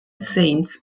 saints